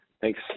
Thanks